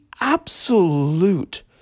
absolute